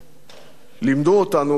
"לימדו אותנו", כך אמר,